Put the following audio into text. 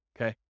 okay